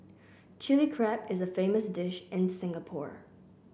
Chilli Crab is a famous dish in Singapore